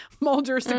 Mulder